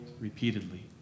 repeatedly